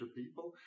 people